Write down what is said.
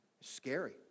Scary